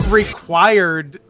required